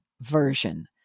version